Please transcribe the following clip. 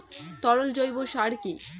তরল জৈব সার কি?